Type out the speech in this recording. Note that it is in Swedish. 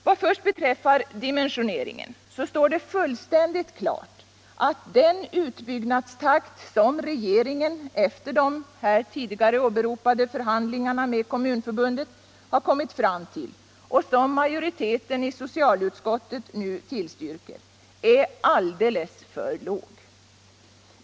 Vad först beträffar dimensioneringen står det fullständigt klart att den utbyggnadstakt som regeringen efter de här tidigare åberopade förhandlingarna med Kommunförbundet har kommit fram till och som majoriteten i socialutskottet nu tillstyrker är alldeles för låg.